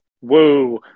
Woo